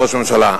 ראש הממשלה,